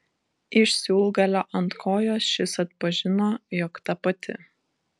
iš siūlgalio ant kojos šis atpažino jog ta pati